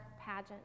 pageant